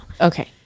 Okay